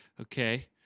okay